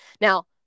now